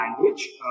language